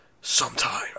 Sometime